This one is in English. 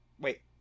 Wait